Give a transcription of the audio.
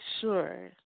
sure